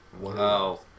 Wow